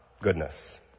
goodness